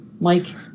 Mike